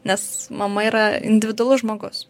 nes mama yra individualus žmogus